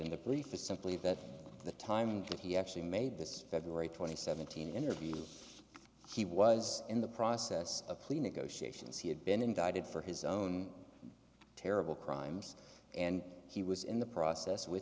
in the plea for simply that the time could he actually made this february twenty seven thousand interview he was in the process of plea negotiations he had been indicted for his own terrible crimes and he was in the process with